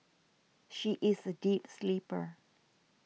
she is a deep sleeper